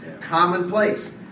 commonplace